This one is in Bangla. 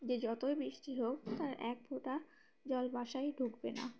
যে যতই বৃষ্টি হোক তার এক ফোঁটা জল বাসায় ঢুকবে না